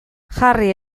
jarri